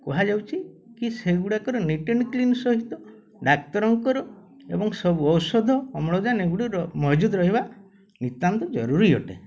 କୁହାଯାଉଛି କି ସେଗୁଡ଼ାକର ନୀଟ୍ ଏଣ୍ଡ୍ କ୍ଲିନ୍ ସହିତ ଡ଼ାକ୍ତରଙ୍କର ଏବଂ ସବୁ ଔଷଧ ଅମ୍ଳଜାନ ଏଗୁଡ଼ିକ ମହଜୁଦ୍ ରହିବା ନିତ୍ୟାନ୍ତ ଜରୁରୀ ଅଟେ